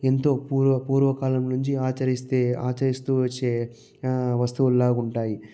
ఎంతో పూర్వ పూర్వకాలం నుంచి ఆచరిస్తే ఆచరిస్తూ వచ్చే వస్తువులాగా ఉంటాయి